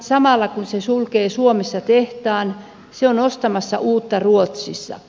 samalla kun se sulkee suomessa tehtaan se on ostamassa uutta ruotsissa